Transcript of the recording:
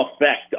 effect